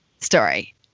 story